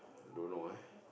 don't know eh